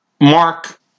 mark